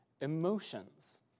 emotions